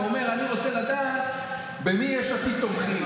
ואומר: אני רוצה לדעת במי יש עתיד תומכים,